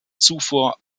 zufuhr